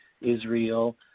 Israel